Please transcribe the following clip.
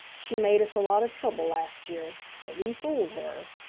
she made us a lot of trouble last year. but we fooled her.